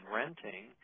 renting